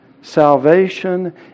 salvation